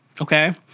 okay